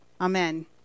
Amen